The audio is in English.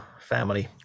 family